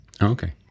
Okay